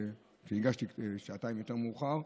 הגשתי שעתיים יותר מאוחר.